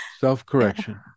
Self-correction